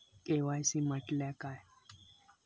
KYC म्हटल्या काय?